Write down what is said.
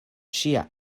ŝia